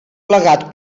plegat